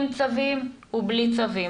עם צווים ובלי צווים.